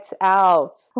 Out